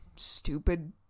Stupid